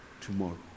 Tomorrow